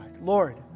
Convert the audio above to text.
Lord